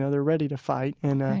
ah they're ready to fight. and,